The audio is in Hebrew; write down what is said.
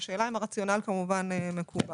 השאלה אם הרציונל מקובל.